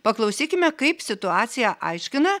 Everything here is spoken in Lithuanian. paklausykime kaip situaciją aiškina